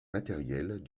matériels